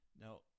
Now